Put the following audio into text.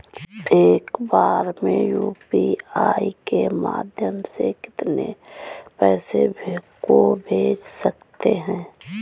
एक बार में यू.पी.आई के माध्यम से कितने पैसे को भेज सकते हैं?